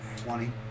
Twenty